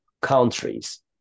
countries